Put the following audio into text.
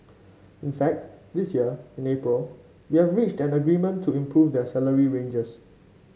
in fact this year in April we have reached an agreement to improve their salary ranges